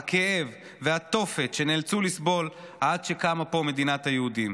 הכאב והתופת שנאלצו לסבול עד שקמה פה מדינת היהודים,